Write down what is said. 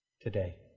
today